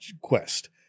quest